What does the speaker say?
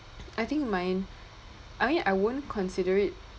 I think mine I mean I won't consider it